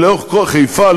חיפה,